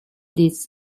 this